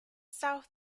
south